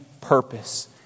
purpose